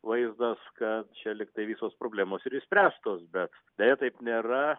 vaizdas kad čia lygtai visos problemos ir išspręstos bet deja taip nėra